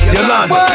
Yolanda